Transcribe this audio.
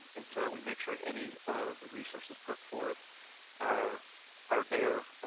and so that we make sure any of the resources put forth are are there